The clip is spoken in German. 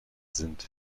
sind